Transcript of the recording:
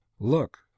look